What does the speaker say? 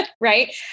Right